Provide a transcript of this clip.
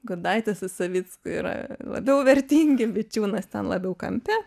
gudaitis su savicku yra labiau vertingi bičiūnas ten labiau kampe